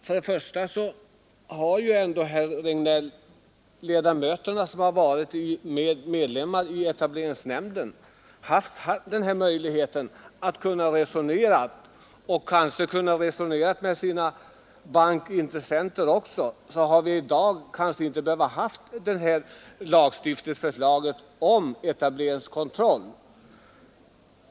För det första: Om ledamöterna i etableringsnämnden hade haft möjligheten att resonera med bankintressenterna, så hade vi i dag kanske inte behövt ha det här förslaget till lag om etableringskontroll.